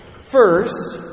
First